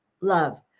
Love